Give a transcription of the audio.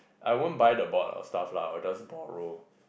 I won't buy the board or stuff lah I will just borrow